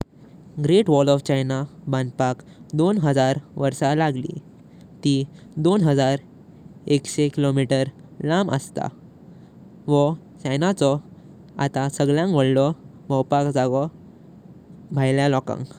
Great wall of China बांपाक दोन हजार वर्ष लागली बांपाक। ती दोन हजार एकशे किलोमीटर लंब आसा। वो चायना चो आटा सगळ्यांग वडलो भोपाक जायतलो भायल्या लोकांक।